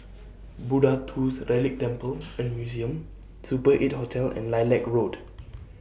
Buddha Tooth Relic Temple and Museum Super eight Hotel and Lilac Road